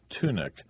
tunic